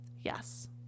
Yes